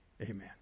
Amen